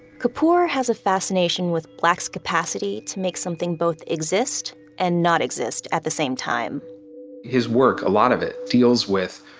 kapoor has a fascination with black's capacity to make something both exist and not exist at the same time his work, a lot of it, deals with